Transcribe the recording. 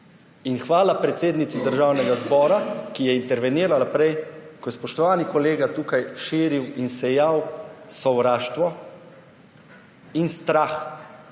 Hvala predsednici Državnega zbora, ki je intervenirala prej, ko je spoštovani kolega tukaj širil in sejal sovraštvo in strah